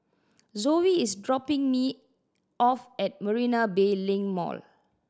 Zoey is dropping me off at Marina Bay Link Mall